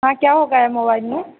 हाँ क्या हो गया है मोबाइल में